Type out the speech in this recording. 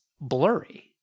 blurry